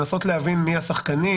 לנסות להבין מי השחקנים,